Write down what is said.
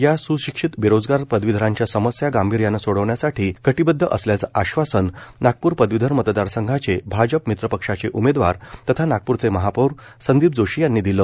या सूशिक्षित बेरोजगार पदवीधरांच्या समस्या गांभीर्यानं सोडविण्यासाठी कटिबद्ध असल्याचं आश्वासन नागप्र पदवीधर मतदार संघाचे भाजप मित्रपक्षाचे उमेदवार तथा नागपूरचे महापौर संदीप जोशी यांनी दिलं